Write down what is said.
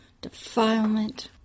Defilement